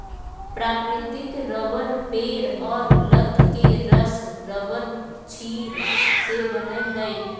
प्राकृतिक रबर पेड़ और लत के रस रबरक्षीर से बनय हइ